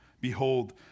Behold